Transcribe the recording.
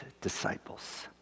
disciples